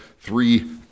three